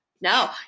No